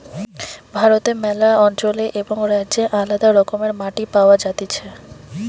ভারতে ম্যালা অঞ্চলে এবং রাজ্যে আলদা রকমের মাটি পাওয়া যাতিছে